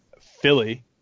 Philly